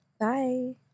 Bye